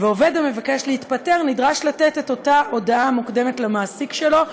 ועובד המבקש להתפטר נדרש לתת את אותה הודעה מוקדמת למעסיק שלו.